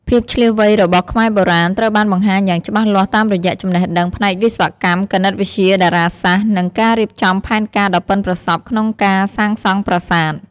ភាពឈ្លាសវៃរបស់ខ្មែរបុរាណត្រូវបានបង្ហាញយ៉ាងច្បាស់លាស់តាមរយៈចំណេះដឹងផ្នែកវិស្វកម្ម គណិតវិទ្យា តារាសាស្ត្រ និងការរៀបចំផែនការដ៏ប៉ិនប្រសប់ក្នុងការសាងសង់ប្រាសាទ។